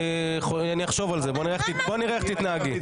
אני אחשוב על זה, בואי נראה איך תתנהגי.